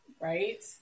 Right